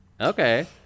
Okay